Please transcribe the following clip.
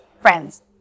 friends